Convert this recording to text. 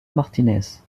martinez